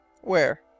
Where